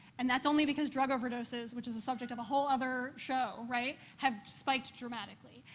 and that's only because drug overdoses, which is a subject of a whole other show, right, have spiked dramatically.